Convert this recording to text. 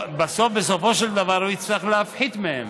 בסופו של דבר הוא יצטרך להפחית מהם.